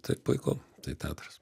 tai puiku tai teatras